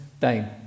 time